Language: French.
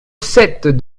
sept